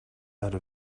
are